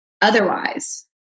otherwise